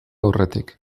aurretik